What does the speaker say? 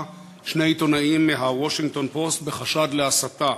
שני עיתונאים מה"וושינגטון פוסט" בחשד להסתה.